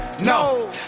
No